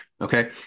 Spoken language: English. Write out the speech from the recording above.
okay